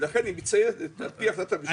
לכן היא מציינת לפי החלטת הממשלה.